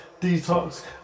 detox